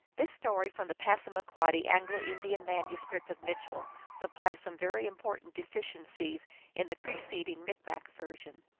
this story from the passamaquoddy anglo-indian manuscript of mitchell supplies some very important deficiencies in the preceding micmac version.